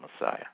Messiah